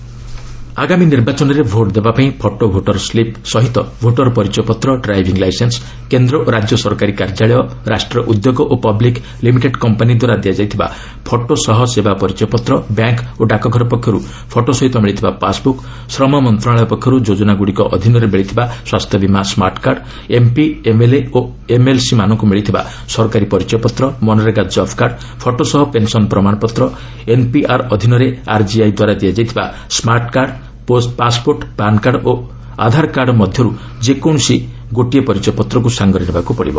voter advisory ଆଗାମୀ ନିର୍ବାଚନରେ vote ଦେବା ପାଇଁ ଫଟୋ ଭୋଟର ସ୍କିପ୍ ସହିତ ଭୋଟର ପରିଚୟପତ୍ର ଡ୍ରାଇଭିଂ ଲାଇସେନ୍ସ କେନ୍ଦ୍ର ଓ ରାଜ୍ୟ ସରକାରୀ କାର୍ଯ୍ୟାଳୟ ରାଷ୍ଟ୍ରୀୟ ଉଦ୍ୟୋଗ ଓ ପବ୍ଲିକ୍ ଲିମିଟେଡ୍ କମ୍ପାନି ଦ୍ୱାରା ଦିଆଯାଇଥିବା ଫଟୋ ସହ ସେବା ପରିଚୟପତ୍ର ବ୍ୟାଙ୍କ ଓ ଡାକଘର ପକ୍ଷରୁ ଫଟୋ ସହିତ ମିଳିଥିବା ପାସ୍ବୁକ୍ ଶ୍ରମମନ୍ତ୍ରଣାଳୟ ପକ୍ଷରୁ ଯୋଜନାଗୁଡ଼ିକ ଅଧୀନରେ ମିଳିଥିବା ସ୍ୱାସ୍ଥ୍ୟବୀମା ସ୍ମାର୍ଟ କାର୍ଡ ଏମ୍ପି ଏମ୍ଏଲ୍ଏ ଓ ଏମ୍ଏଲ୍ସିମାନଙ୍କୁ ମିଳିଥିବା ସରକାରୀ ପରିଚୟପତ୍ର ମନରେଗା ଜବ୍ କାର୍ଡ ଫଟୋ ସହ ପେନ୍ସନ୍ ପ୍ରମାଣପତ୍ ଏନ୍ପିଆର୍ ଅଧୀନରେ ଆର୍ଜିଆଇ ଦ୍ୱାରା ଦିଆଯାଇଥିବା ସ୍ମାର୍ଟ କାର୍ଟ ପାସ୍ପୋର୍ଟ ପ୍ୟାନ୍କାର୍ଡ ଓ ଆଧାରକାର୍ଡ ମଧ୍ୟରୁ ଯେକୌଣସି ଗୋଟିଏ ପରିଚୟପତ୍ରକୁ ସାଙ୍ଗରେ ନେବାକୁ ପଡ଼ିବ